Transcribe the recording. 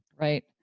right